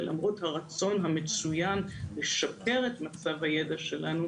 ולמרות הרצון המצוין לשפר את מצב הידע שלנו,